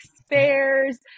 spares